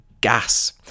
Gas